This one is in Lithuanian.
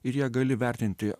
ir ją gali vertinti